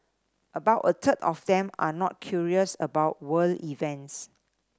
about a third of them are not curious about world events